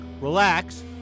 relax